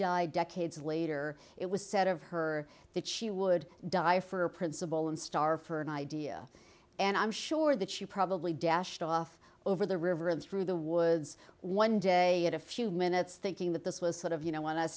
died decades later it was said of her that she would die for a principle and star for an idea and i'm sure that she probably dashed off over the river and through the woods one day at a few minutes thinking that this was sort of you know want t